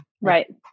Right